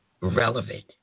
relevant